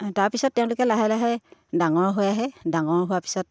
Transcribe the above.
তাৰপিছত তেওঁলোকে লাহে লাহে ডাঙৰ হৈ আহে ডাঙৰ হোৱাৰ পিছত